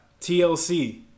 TLC